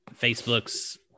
Facebook's